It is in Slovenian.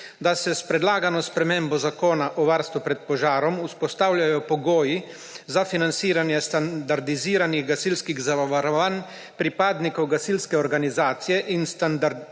da se s predlagano spremembo Zakona o varstvu pred požarom vzpostavljajo pogoji za financiranje standardiziranih gasilskih zavarovanj, pripadnikov gasilske organizacije in standardiziranih